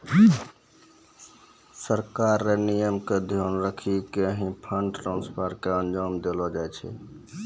सरकार र नियम क ध्यान रखी क ही फंड ट्रांसफर क अंजाम देलो जाय छै